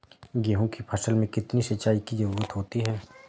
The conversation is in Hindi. गेहूँ की फसल में कितनी सिंचाई की जरूरत होती है?